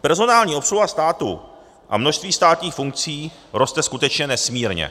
Personální obsluha státu a množství státních funkcí roste skutečně nesmírně.